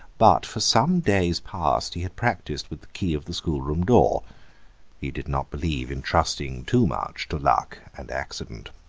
but for some days past he had practised with the key of the schoolroom door he did not believe in trusting too much to luck and accident.